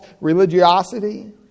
religiosity